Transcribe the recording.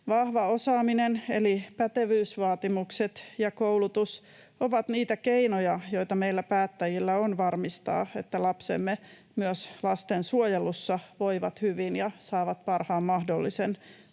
Vahva osaaminen, eli pätevyysvaatimukset ja koulutus, on niitä keinoja, joita meillä päättäjillä on varmistaa, että lapsemme myös lastensuojelussa voivat hyvin ja saavat parhaan mahdollisen